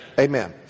Amen